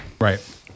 right